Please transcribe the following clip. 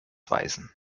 weisen